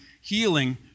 healing